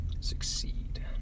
succeed